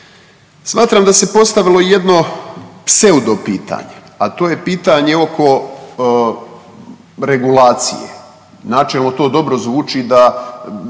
Smatram da se postavilo i jedno pseudo pitanje, a to je pitanje oko regulacije, načelno to dobro zvuči da